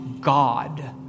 God